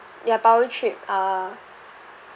ya power trip ah